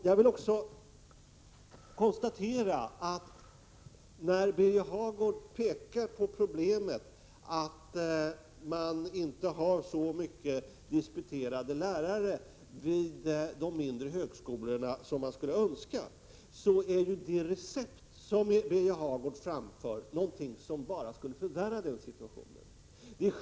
Jag vill också konstatera, när Birger Hagård talar om problemet med färre disputerade lärare vid de mindre högskolorna än man skulle önska, att det recept som Birger Hagård framför är något som bara skulle förvärra situationen.